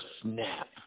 Snap